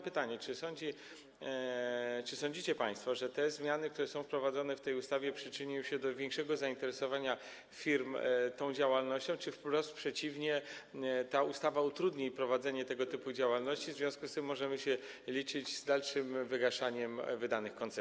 Pytam więc: Czy sądzicie państwo, że te zmiany, które są wprowadzane w tej ustawie, przyczyniły się do większego zainteresowania firm tą działalnością czy wprost przeciwnie: ta ustawa utrudni prowadzenie tego typu działalności, w związku z czym możemy się liczyć z dalszym wygaszaniem wydanych koncesji?